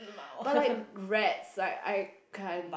but like rats right I can't